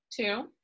two